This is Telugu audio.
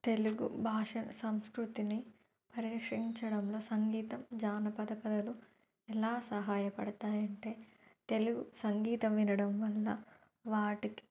తెలుగు భాషను సంస్కృతిని పరిరక్షించడంలో సంగీతం జానపద కథలు ఎలా సహాయ పడతాయంటే తెలుగు సంగీతం వినడం వల్ల వాటికి